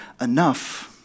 enough